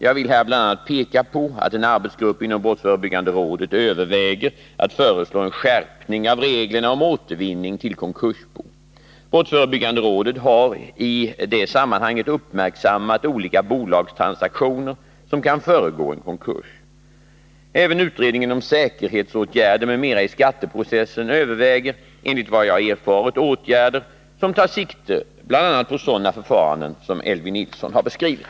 Jag vill här bl.a. peka på att en arbetsgrupp inom brottsförebyggande rådet överväger att föreslå en skärpning av reglerna om återvinning till konkursbo. Brottsförebyggande rådet har i det sammanhanget uppmärksammat olika bolagstransaktioner som kan föregå en konkurs. Även utredningen om säkerhetsåtgärder m.m. i skatteprocessen överväger enligt vad jag har erfarit åtgärder som tar sikte bl.a. på sådana förfaranden som Elvy Nilsson har beskrivit.